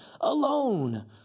alone